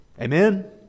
Amen